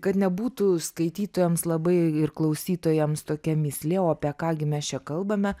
kad nebūtų skaitytojams labai ir klausytojams tokia mįslė o apie ką gi mes čia kalbame